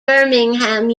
birmingham